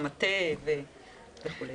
במטה וכולי.